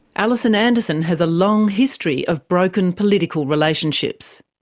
alison anderson has a long history of broken political relationships.